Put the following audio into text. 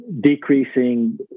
decreasing